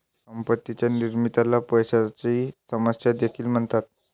संपत्ती निर्मितीला पैशाची समस्या देखील म्हणतात